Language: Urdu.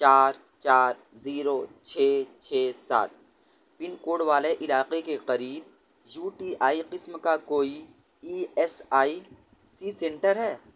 چار چار زیرو چھ چھ سات پن کوڈ والے علاقے کے قریب یو ٹی آئی قسم کا کوئی E S I C centre ہے